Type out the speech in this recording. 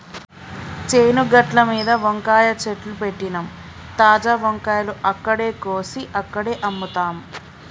చేను గట్లమీద వంకాయ చెట్లు పెట్టినమ్, తాజా వంకాయలు అక్కడే కోసి అక్కడే అమ్ముతాం